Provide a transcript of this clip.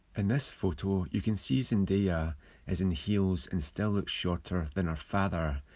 in this photo, you can see zendaya is in heels and still looks shorter than her father,